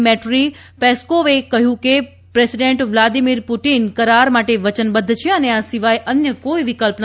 મીટ્રરી પેસ્કોવે કહ્યું કે પ્રેસિડેન્ટ વાલદામીર પુતિન કરાર માટે વચનબધ્ધ છે અને આ સિવાય અન્ય કોઈ વિકલ્પ નથી